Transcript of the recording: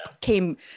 came